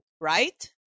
right